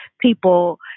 people